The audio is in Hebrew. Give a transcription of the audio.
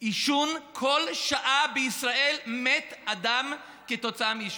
עישון, בכל שעה בישראל מת אדם כתוצאה מעישון.